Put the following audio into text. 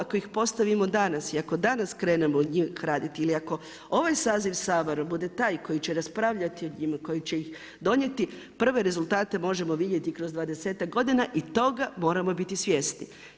Ako ih postavimo danas i ako danas krenemo od njih raditi ili ako ovaj saziv Sabora bude taj koji će raspravljati o njima, koji će ih donijeti prve rezultate možemo vidjeti kroz dvadesetak godina i toga moramo biti svjesni.